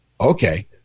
Okay